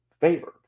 favored